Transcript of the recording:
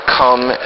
come